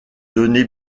données